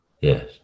Yes